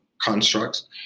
constructs